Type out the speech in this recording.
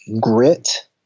grit